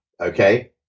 okay